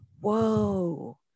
whoa